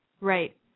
Right